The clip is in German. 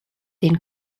den